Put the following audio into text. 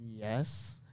Yes